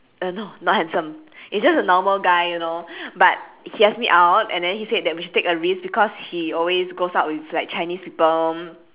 uh no not handsome it's just a normal guy you know but he ask me out and then he said that we should take a risk because he always goes out with like chinese people